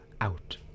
out